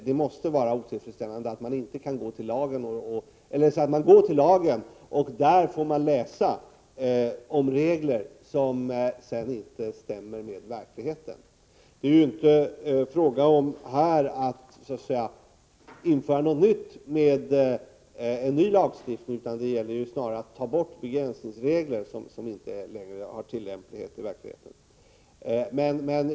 Det måste vara otillfredsställande att man när man går till lagen möts av regler som inte stämmer med verkligheter. Vad som skulle erfordras är inte att någon ny lagstiftning införs, utan det gäller snarast att avskaffa begränsningsregler som inte längre äger tillämpning i verkligheten.